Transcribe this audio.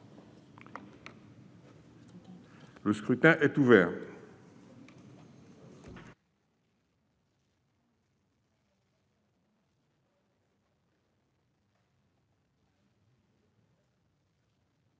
Le scrutin est ouvert.